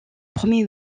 premier